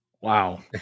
Wow